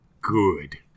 good